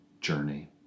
journey